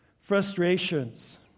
Frustrations